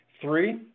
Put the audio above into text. Three